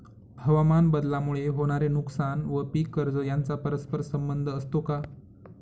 हवामानबदलामुळे होणारे नुकसान व पीक कर्ज यांचा परस्पर संबंध असतो का?